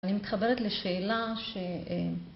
אני מתחברת לשאלה ש...